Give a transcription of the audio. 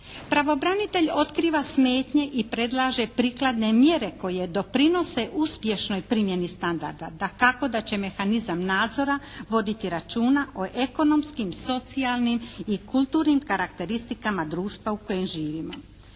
Pravobranitelj otkriva smetnje i predlaže prikladne mjere koje doprinose uspješnoj primjeni standarda. Dakako da će mehanizam nadzora voditi računa o ekonomskim, socijalnim i kulturnim karakteristikama društva u kojem živimo.